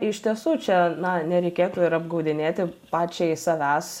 iš tiesų čia na nereikėtų ir apgaudinėti pačiai savęs